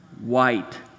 white